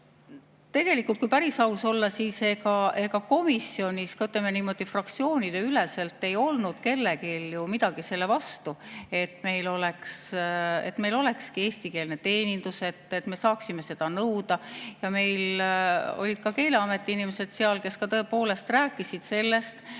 Tegelikult, kui päris aus olla, siis ega komisjonis, kui me võtame niimoodi fraktsioonideüleselt, ei olnud kellelgi midagi selle vastu, et meil olekski eestikeelne teenindus, et me saaksime seda nõuda. Meil olid seal ka Keeleameti inimesed, kes tõepoolest rääkisid sellest,